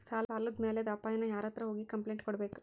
ಸಾಲದ್ ಮ್ಯಾಲಾದ್ ಅಪಾಯಾನ ಯಾರ್ಹತ್ರ ಹೋಗಿ ಕ್ಂಪ್ಲೇನ್ಟ್ ಕೊಡ್ಬೇಕು?